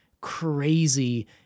crazy